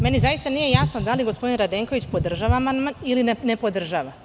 Meni zaista nije jasno da li gospodin Radenković podržava amandman ili ne podržava?